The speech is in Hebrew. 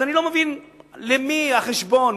אז אני לא מבין למי החשבון.